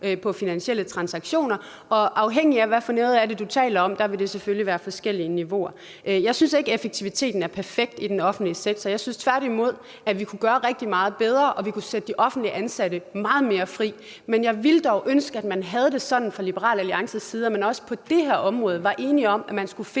på finansielle transaktioner. Og afhængigt af, hvad det er, du taler om, vil det selvfølgelig være forskellige niveauer. Jeg synes ikke, at effektiviteten er perfekt i den offentlige sektor. Jeg synes tværtimod, at vi kunne gøre rigtig meget bedre, og at vi kunne sætte de offentligt ansatte meget mere fri. Men jeg ville dog ønske, at man havde det sådan i Liberal Alliance, at man også på det her område var enige om at finde